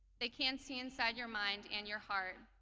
they can't see inside your mind and your heart.